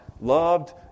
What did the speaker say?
loved